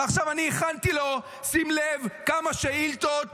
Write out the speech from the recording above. ועכשיו אני הכנתי לו, שים לב, כמה שאילתות.